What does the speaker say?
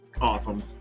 Awesome